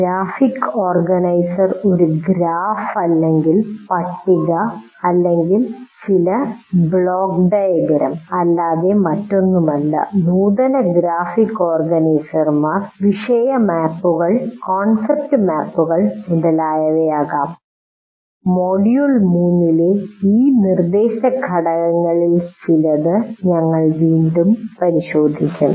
graphic organiser ഒരു graph അല്ലെങ്കിൽ പട്ടിക അല്ലെങ്കിൽ ചില ബ്ലോക്ക് ഡയഗ്രം അല്ലാതെ മറ്റൊന്നുമല്ല നൂതന ഗ്രാഫിക് ഓർഗനൈസർമാർ വിഷയ മാപ്പുകൾ കോൺസെപ്റ്റ് മാപ്പുകൾ മുതലായവ ആകാം മൊഡ്യൂൾ 3 ലെ ഈ നിർദ്ദേശ ഘടകങ്ങളിൽ ചിലത് ഞങ്ങൾ വീണ്ടും പരിശോധിക്കും